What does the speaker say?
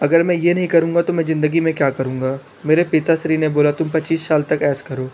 अगर मैं ये नहीं करूँगा तो मैं ज़िंदगी में क्या करूँगा मेरे पिता श्री ने बोला तूम पचीस साल तक ऐश करो